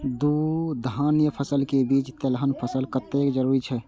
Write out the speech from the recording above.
दू धान्य फसल के बीच तेलहन फसल कतेक जरूरी छे?